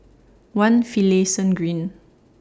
one Finlayson Green